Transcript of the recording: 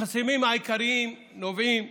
החסמים העיקריים נובעים